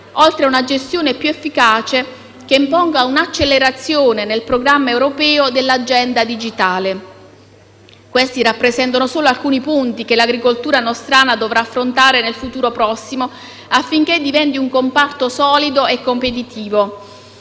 oltre a una gestione più efficace che imponga un'accelerazione nel programma europeo dell'agenda digitale. Questi rappresentano solo alcuni punti che l'agricoltura nostrana dovrà affrontare nel futuro prossimo affinché diventi un comparto solido e competitivo.